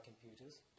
computers